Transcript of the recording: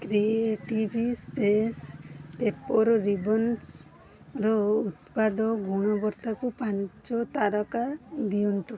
creative space paper ରିବନ୍ସ୍ର ଉତ୍ପାଦ ଗୁଣବତ୍ତାକୁ ପାଞ୍ଚ ତାରକା ଦିଅନ୍ତୁ